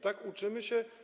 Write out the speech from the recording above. Tak, uczymy się.